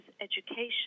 education